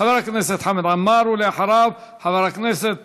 חבר הכנסת חמד עמאר, ואחריו, חבר הכנסת